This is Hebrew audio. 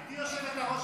גברתי יושבת-הראש,